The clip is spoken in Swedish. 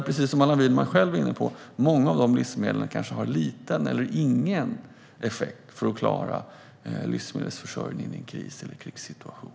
Precis som Allan Widman själv var inne på har kanske många av de livsmedlen liten eller ingen effekt när det gäller hur vi klarar livsmedelsförsörjningen i en kris eller en krigssituation.